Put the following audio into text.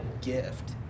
gift